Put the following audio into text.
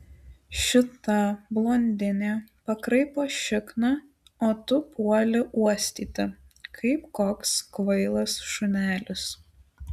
šita blondinė pakraipo šikną o tu puoli uostyti kaip koks kvailas šunelis